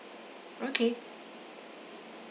okay